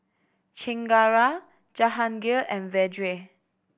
Chengara Jahangir and Vedre